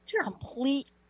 complete